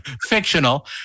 Fictional